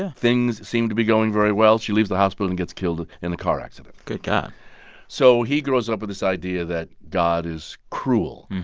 ah things seemed to be going very well. she leaves the hospital and gets killed in a car accident good god so he grows up with this idea that god is cruel.